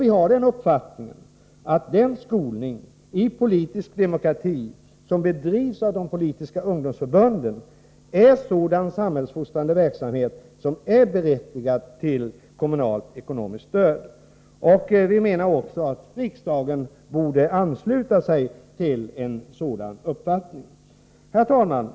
Vi har den uppfattningen att den skolning i politisk demokrati som bedrivs av de politiska ungdomsförbunden är sådan samhällsfostrande verksamhet som är berättigad till kommunalt ekonomiskt stöd. Vi menar att riksdagen bör ansluta sig till den uppfattningen. Herr talman!